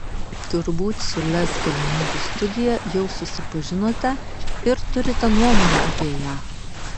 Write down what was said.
turbūt su lez galimybių studija jau susipažinote ir turite nuomonę apie ją